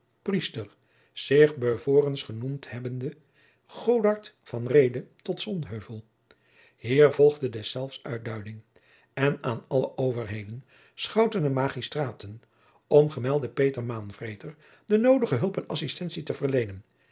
zich bevorens genoemd hebbende godard van reede tot sonheuvel hier volgde deszelfs uitduiding en aan alle overheden schouten en magistraten om gemelden peter maanvreter de noodige hulp en assistentie te verleenen